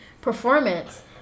performance